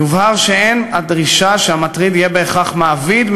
יובהר שאין דרישה שהמטריד יהיה בהכרח מעביד,